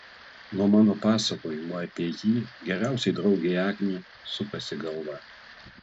nuo mano pasakojimų apie jį geriausiai draugei agnei sukasi galva